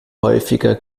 häufiger